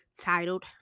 titled